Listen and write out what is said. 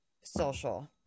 social